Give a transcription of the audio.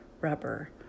rubber